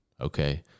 Okay